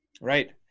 Right